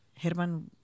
Herman